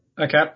Okay